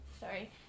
sorry